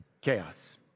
Chaos